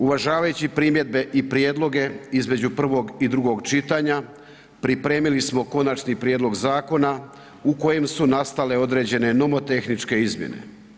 Uvažavajući primjedbe i prijedloge između prvog i drugog čitanja, pripremili smo konačni prijedlog zakona u kojem su nastale određene nomotehničke izmjene.